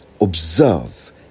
observe